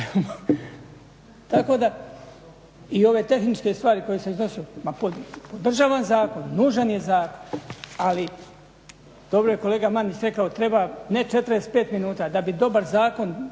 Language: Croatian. Tako da i ove tehničke stvari koje sam iznosio, državni je zakon, ali dobro je kolega Mandić rekao, treba ne 45 minuta da bi dobar zakon